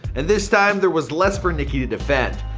and this time, there was less for nicki to defend.